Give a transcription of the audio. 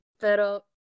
pero